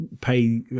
pay